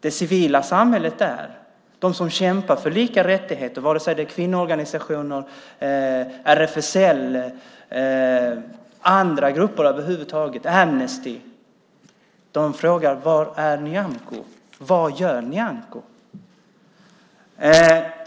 Det civila samhället och de som kämpar för lika rättigheter, vare sig det är kvinnoorganisationer, RFSL, Amnesty eller andra grupper, frågar: Var är Nyamko? Vad gör Nyamko?